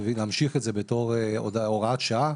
להמשיך את זה בתור הוראת שעה,